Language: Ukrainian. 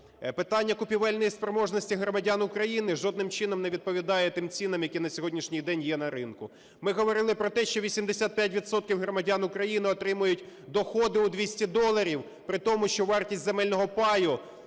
Питання купівельної спроможності громадян України жодним чином не відповідає тим цінам, які на сьогоднішній день є на ринку. Ми говорили про те, що 85 відсотків громадян України отримують доходи у 200 доларів при тому, що вартість земельного паю